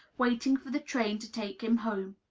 waiting for the train to take him home.